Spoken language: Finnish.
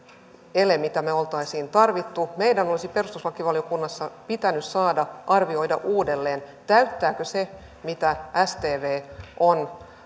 ele mitä me olisimme tarvinneet meidän olisi perustuslakivaliokunnassa pitänyt saada arvioida uudelleen täyttääkö se mitä stv on